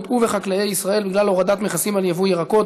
ובחקלאי ישראל בגלל הורדת מכסים על יבוא ירקות,